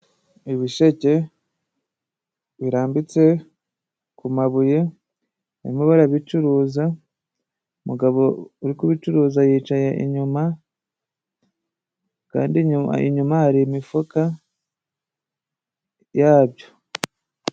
Ibisheke birambitse ku amabuye, arimo barabicuruza. Umugabo uri kubicuruza yicaye inyuma, kandi inyuma, inyuma hari imifuka, yabyo.